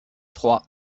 trois